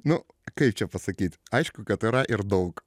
nu kaip čia pasakyti aišku kad yra ir daug